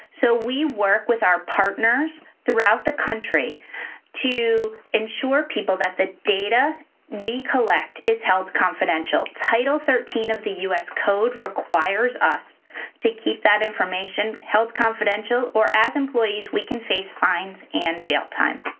so we work with our partners throughout the country to ensure people that the data we collect is held confidential. title thirteen of the us code requires us to keep that information held confidential, or as employees we can face fines and jail time.